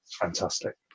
fantastic